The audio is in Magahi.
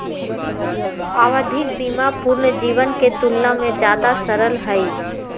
आवधिक बीमा पूर्ण जीवन के तुलना में ज्यादा सरल हई